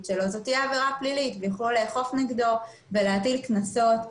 זו תהיה עבירה פלילית ויצטרכו לאכוף נגדו ולהטיל קנסות.